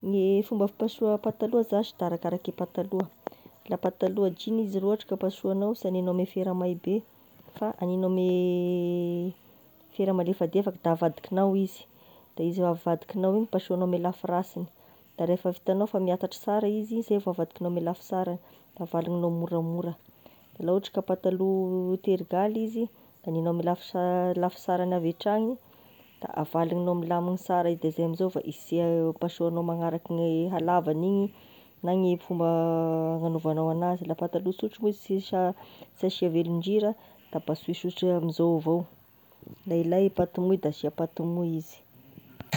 Gne fomba fipasoa pataloa zashy de arakaraky e pataloa, laha pataloa jean izy raha ohatry ka pasoagnao sy hanenao ame fera may be fa aninao ame fera malefadefaka izy da avadikinao izy, de izy avadikinao igny pasoanao ame lafirasiny, da rehefa vitanao fa miatatry sara izy, zay vao avadikinao ame lafisarany, da avaloninao moramora la ohatry ka pataloa terigaly izy da haninao ame ame lafisa- lafisarany, da avaloninao milaminy sara, de zay amin'izay vao hise- pasoanao magnaraky gne alavagny igny, na gne fomba ananovanao anazy, laha pataloa sotra moa izy sy sa sy asia velondrira da pasoy sotra amin'izao avao, la ilay paty mouille moa da asia paty mouille izy.